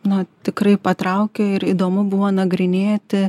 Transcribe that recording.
na tikrai patraukė ir įdomu buvo nagrinėti